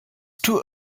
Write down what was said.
too